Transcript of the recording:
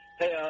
Hey